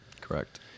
Correct